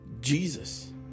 Jesus